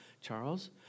Charles